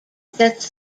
sets